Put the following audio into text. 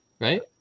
right